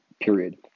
period